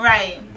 Right